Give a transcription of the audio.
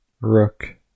Rook